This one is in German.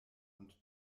und